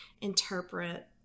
interpret